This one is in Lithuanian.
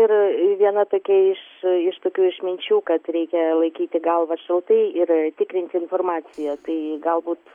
ir viena tokia iš tokių išminčių kad reikia laikyti galvas šaltai ir tikrinti informaciją tai galbūt